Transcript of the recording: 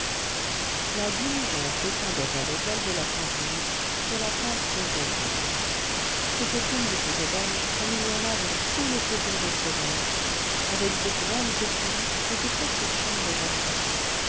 la diligence descendait à l'hôtel de la croix rouge sur la place beauvoisine c'était une de ces auberges comme il y en a dans tous les faubourgs de province avec de grandes écuries et de petites chambres